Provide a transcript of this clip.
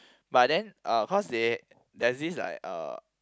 but then uh cause they there's this like uh